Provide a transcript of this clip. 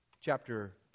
chapter